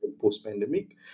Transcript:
post-pandemic